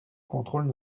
contrôle